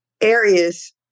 areas